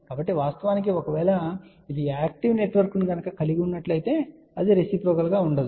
కాబట్టి వాస్తవానికి ఒకవేళ ఇది యాక్టివ్ నెట్వర్క్ను కలిగి ఉంటే అది రెసిప్రోకల్ గా ఉండదు